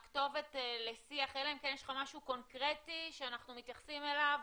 הכתובת לשיח - אלא אם יש לך משהו קונקרטי שאנחנו מתייחסים אליו